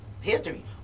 history